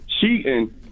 Cheating